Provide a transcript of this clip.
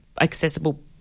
accessible